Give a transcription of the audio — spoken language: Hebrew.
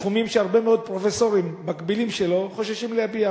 בתחומים שהרבה מאוד פרופסורים מקבילים לו חוששים להביע,